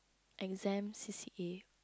exam c_c_a